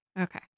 Okay